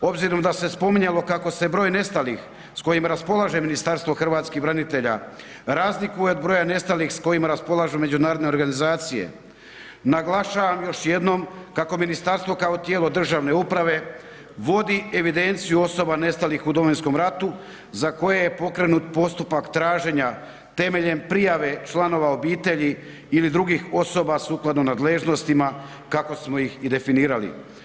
Obzirom da se spominjalo kako se broj nestalih s kojim raspolaže Ministarstvo hrvatskih branitelja razlikuje od broja nestalih s kojima raspolažu međunarodne organizacije naglašavam još jednom kako ministarstvo kao tijelo državne uprave vodi evidenciju osoba nestalih u Domovinskom ratu za koje je pokrenut postupak traženja temeljem prijave članova obitelji ili drugih osoba sukladno nadležnostima kako smo ih i definirali.